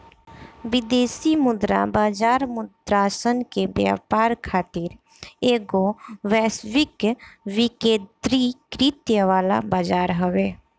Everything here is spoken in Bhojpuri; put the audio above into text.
विदेशी मुद्रा बाजार मुद्रासन के व्यापार खातिर एगो वैश्विक विकेंद्रीकृत वाला बजार हवे